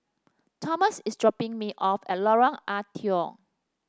Thomas is dropping me off at Lorong Ah Thia